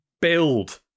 build